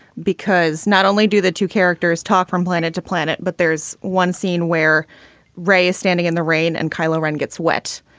because not only do the two characters talk from planet to planet, but there's one scene where ray is standing in the rain and kylo ren gets wet.